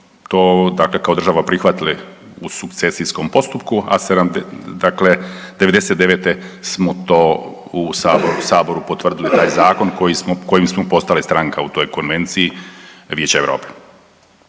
kao država prihvatili u sukcesijskom postupku, a '99. smo u Saboru potvrdili taj zakon kojim smo postali stranka u toj Konvenciji Vijeća Europe.